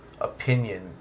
opinion